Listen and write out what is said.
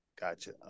Gotcha